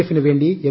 എഫിനു വേണ്ടി എം